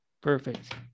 Perfect